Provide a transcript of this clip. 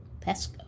Pesco